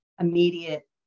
immediate